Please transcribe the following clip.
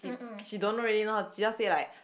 she she don't really know she just say like